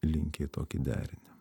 linkę į tokį derinį